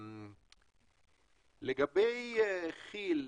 לגבי כי"ל,